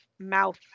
Mouth